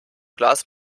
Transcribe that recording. glas